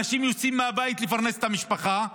אנשים יוצאים מהבית לפרנס את המשפחה.